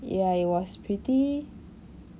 ya it was pretty